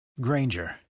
Granger